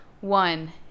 One